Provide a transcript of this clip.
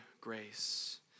grace